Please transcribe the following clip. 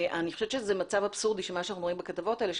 אני חושבת שזה מצב אבסורדי שמה שאנחנו רואים בכתבות האלה,